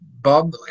Bob